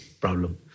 problem